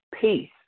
peace